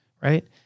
right